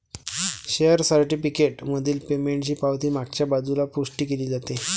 share certificate मधील पेमेंटची पावती मागच्या बाजूला पुष्टी केली जाते